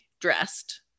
dressed